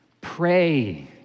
Pray